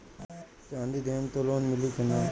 चाँदी देहम त लोन मिली की ना?